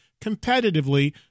competitively